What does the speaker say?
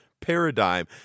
Paradigm